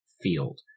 field